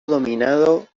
denominado